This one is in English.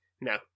No